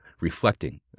reflecting